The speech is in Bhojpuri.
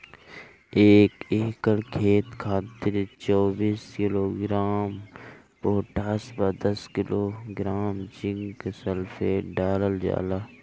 एक एकड़ खेत खातिर चौबीस किलोग्राम पोटाश व दस किलोग्राम जिंक सल्फेट डालल जाला?